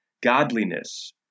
godliness